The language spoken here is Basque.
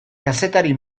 kazetari